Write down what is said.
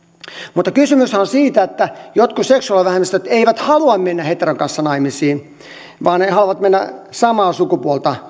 mutta kysy myshän on siitä että jotkut seksuaalivähemmistöt eivät halua mennä heteron kanssa naimisiin vaan he haluavat mennä samaa sukupuolta